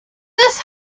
this